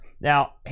Now